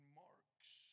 marks